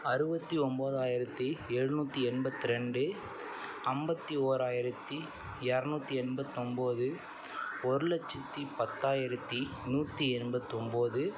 அறுபத்தி ஒம்பதாயிரத்தி எழுநூற்றி எண்பத்திரெண்டு ஐம்பத்தி ஓராயிரத்தி இரநூத்தி எண்பத்தொம்பது ஒரு லட்சத்தி பத்தாயிரத்தி நூற்றி எண்பத்தொம்பது